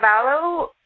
Valo